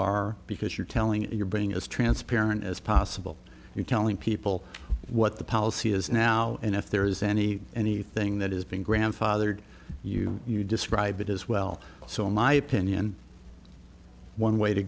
are because you're telling your brain as transparent as possible you're telling people what the policy is now and if there is any anything that is being grandfathered you you describe it as well so in my opinion one way to